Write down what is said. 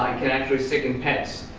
um can actually sicken pets,